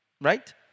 Right